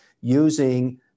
using